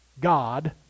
god